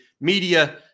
media